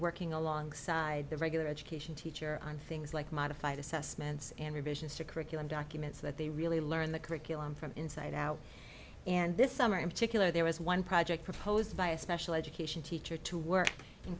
working alongside the regular education teacher on things like modified assessments and revisions to curriculum documents that they really learn the curriculum from inside out and this summer in particular there was one project proposed by a special education teacher to work in